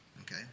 okay